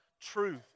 truth